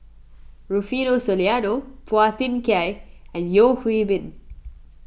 Rufino Soliano Phua Thin Kiay and Yeo Hwee Bin